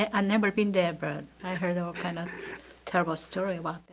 and never been there, but i heard all kind of terrible story well.